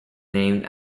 named